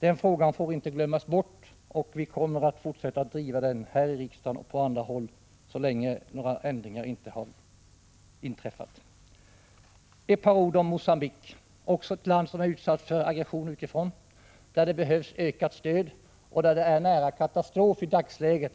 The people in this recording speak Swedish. Den frågan får inte glömmas bort, och vårt parti kommer att fortsätta att driva den här i riksdagen och på andra håll så länge några ändringar inte har inträffat. Några ord om Mogambique, också det ett land som är utsatt för aggression utifrån, där det behövs ökat stöd och där det är nära katastrof i dagsläget.